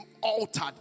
altered